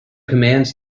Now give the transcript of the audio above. commands